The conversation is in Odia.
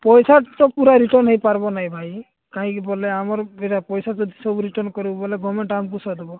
ପଇସା ତ ପୁରା ରିଟର୍ଣ୍ଣ ହୋଇପାରିବ ନାହିଁ ଭାଇ କାହିଁକି ବୋଲେ ଆମର ଏଟା ପଇସା ଯଦି ସବୁ ରିଟର୍ଣ୍ଣ କରିବୁ ବୋଲେ ଗମେଣ୍ଟ ଆମକୁ ଦୋଷ ଦେବ